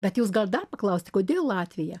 bet jūs gal dar paklausti kodėl latvija